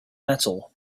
metal